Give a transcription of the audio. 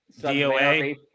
DOA